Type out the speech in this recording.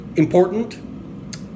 Important